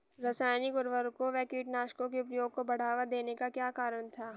रासायनिक उर्वरकों व कीटनाशकों के प्रयोग को बढ़ावा देने का क्या कारण था?